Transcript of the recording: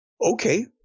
Okay